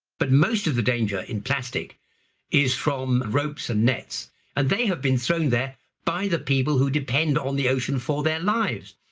but most of the danger in plastic is from ropes and nets and they have been thrown there by the people who depend on the ocean for their lives.